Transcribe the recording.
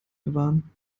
bewahren